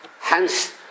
Hence